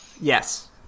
yes